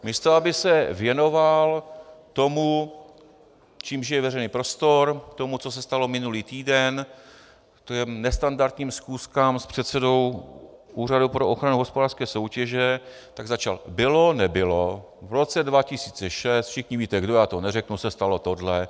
Místo aby se věnoval tomu, k čemuž je veřejný prostor, tomu, co se stalo minulý týden, to je nestandardním schůzkám s předsedou Úřadu pro ochranu hospodářské soutěže, tak začal: Bylo, nebylo... v roce 2006 všichni víte, kdo, já to neřeknu se stalo tohle.